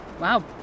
Wow